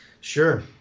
sure